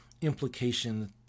implication